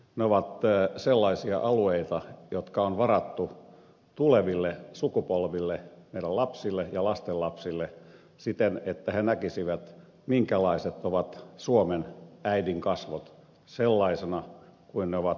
ne ovat sellaisia alueita jotka on varattu tuleville sukupolville meidän lapsillemme ja lastenlapsillemme siten että he näkisivät minkälaiset ovat suomen äidinkasvot sellaisina kuin ne ovat alkuperäisinä